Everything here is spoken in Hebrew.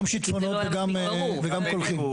גם שטפונות וגם קולחין.